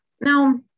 Now